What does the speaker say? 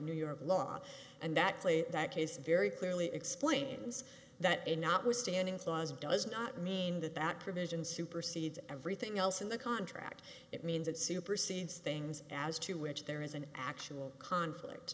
new york law and that plea that case very clearly explains that a notwithstanding clause does not mean that that provision supersedes everything else in the contract it means it supersedes things as to which there is an actual conflict